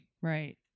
Right